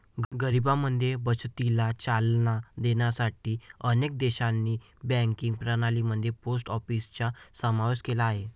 गरिबांमध्ये बचतीला चालना देण्यासाठी अनेक देशांनी बँकिंग प्रणाली मध्ये पोस्ट ऑफिसचा समावेश केला आहे